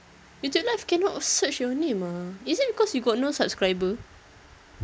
YouTube live cannot search your name ah is it because you got no subscriber